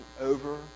over